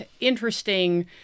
interesting